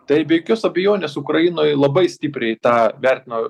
tai be jokios abejonės ukrainoj labai stipriai tą vertino